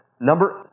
Number